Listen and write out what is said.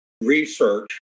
research